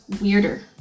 weirder